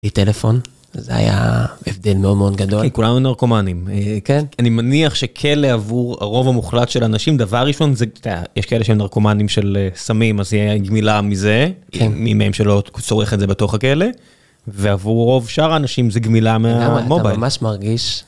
בלי טלפון, זה היה הבדל מאוד מאוד גדול. כי כולנו נרקומנים. כן. אני מניח שכלא עבור הרוב המוחלט של אנשים, דבר ראשון זה, יש כאלה שהם נרקומנים של סמים, אז היא הייתה גמילה מזה. כן. ממהם שלא צורך את זה בתוך הכאלה. ועבור רוב שאר האנשים זה גמילה מהמובייל. אתה ממש מרגיש.